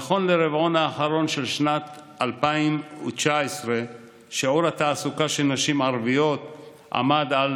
נכון לרבעון האחרון של שנת 2019 שיעור התעסוקה של נשים ערביות עמד על